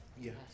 Yes